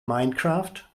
minecraft